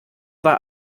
war